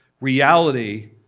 reality